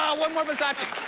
um one more versace!